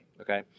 Okay